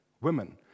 women